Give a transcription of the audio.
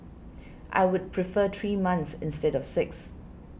I would prefer three months instead of six